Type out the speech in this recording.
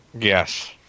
yes